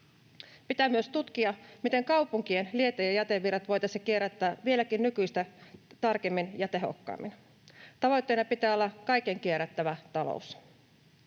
Pitää myös tutkia, miten kaupunkien liete- ja jätevirrat voitaisiin kierrättää vieläkin nykyistä tarkemmin ja tehokkaammin. Tavoitteena pitää olla kaiken kierrättävä talous.